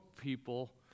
people